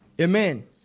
Amen